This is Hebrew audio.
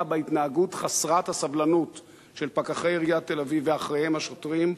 בהתנהגות חסרת הסבלנות של פקחי עיריית תל-אביב ואחריהם השוטרים,